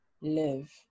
live